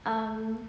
um